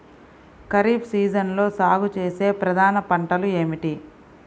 ఖరీఫ్ సీజన్లో సాగుచేసే ప్రధాన పంటలు ఏమిటీ?